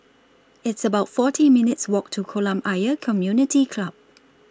It's about forty minutes' Walk to Kolam Ayer Community Club